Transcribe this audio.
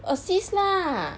assist lah